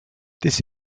this